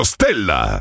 Stella